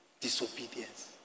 disobedience